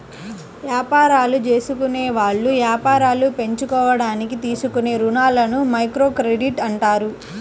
యాపారాలు జేసుకునేవాళ్ళు యాపారాలు పెంచుకోడానికి తీసుకునే రుణాలని మైక్రోక్రెడిట్ అంటారు